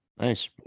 nice